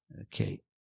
Okay